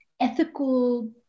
ethical